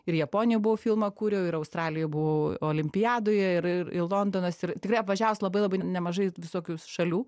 ir japonijoj buvau filmą kūriau ir australijoj buvau olimpiadoje ir ir ir londonas ir tikrai apvažiavus labai labai nemažai visokių šalių